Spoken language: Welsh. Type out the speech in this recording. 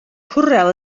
cwrel